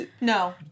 No